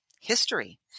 history